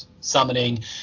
summoning